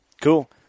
Cool